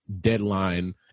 deadline